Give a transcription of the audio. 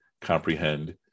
comprehend